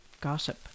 gossip